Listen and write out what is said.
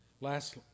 Last